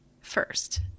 first